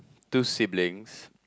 two siblings